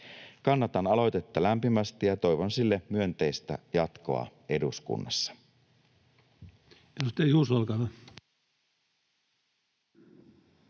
Kannatan aloitetta lämpimästi ja toivon sille myönteistä jatkoa eduskunnassa.